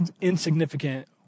insignificant